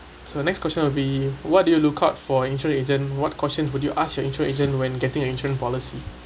so the next question will be what do you look out for insurance agent what questions would you ask your insurance agent when getting insurance policy